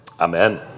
Amen